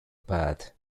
path